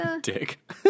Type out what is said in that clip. Dick